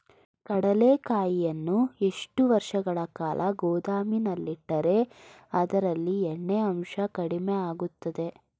ಕಡ್ಲೆಕಾಯಿಯನ್ನು ಎಷ್ಟು ವರ್ಷಗಳ ಕಾಲ ಗೋದಾಮಿನಲ್ಲಿಟ್ಟರೆ ಅದರಲ್ಲಿಯ ಎಣ್ಣೆ ಅಂಶ ಕಡಿಮೆ ಆಗುತ್ತದೆ?